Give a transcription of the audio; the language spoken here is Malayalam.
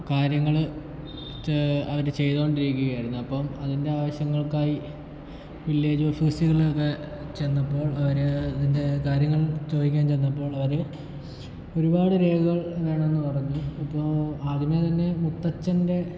കാര്യങ്ങൾ ചെ അവർ ചെയ്തോണ്ടിരിക്കുവായിരുന്നു അപ്പം അതിൻ്റെ ആവശ്യങ്ങൾക്കായി വില്ലേജ് ഓഫീസികളിലൊക്കെ ചെന്നപ്പോൾ അവർ അതിൻ്റെ കാര്യങ്ങൾ ചോദിയ്ക്കാൻ ചെന്നപ്പോൾ അവർ ഒരുപാട് രേഖകൾ വേണമെന്ന് പറഞ്ഞു അപ്പോൾ ആദ്യമേ തന്നെ മുത്തച്ചൻ്റെ